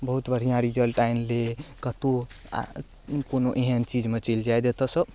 बहुत बढ़ियऑं रिजल्ट आनि लेत कतौ कोनो एहन चीजमे चलि जायत जतऽ सँ